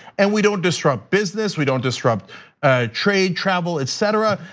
and we don't disrupt business, we don't disrupt trade, travel, etc.